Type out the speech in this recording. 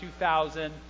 2000